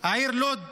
הערים לוד ורמלה,